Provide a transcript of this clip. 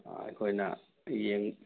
ꯑꯩꯈꯣꯏꯅ ꯌꯦꯡ